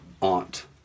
Aunt